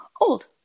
old